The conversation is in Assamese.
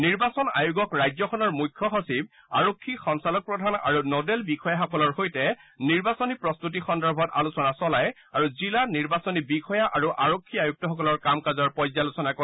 নিৰ্বাচন আয়োগক ৰাজ্যখনৰ মুখ্য সচিব আৰক্ষী সঞালক প্ৰধান আৰু নডেল বিষয়াসকলৰ সৈতে নিৰ্বাচনী প্ৰস্তুতি সন্দৰ্ভত আলোচনা চলায় আৰু জিলা নিৰ্বাচনী বিষয়া আৰু আৰক্ষী আয়ুক্তসকলৰ কাম কাজৰ পৰ্যালোচনা কৰে